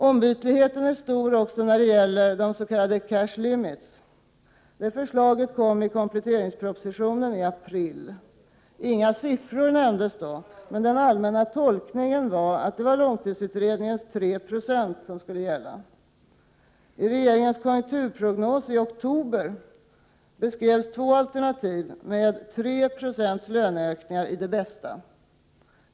Ombytligheten är stor också när det gäller s.k. cash limits. Förslaget kom i kompletteringspropositionen i april. Inga siffror nämndes, men den allmänna tolkningen var att det var långtidsutredningens 3 26 som skulle gälla. I regeringens konjunkturprognos i oktober beskrevs två alternativ, med 3 90 löneökning i det bästa.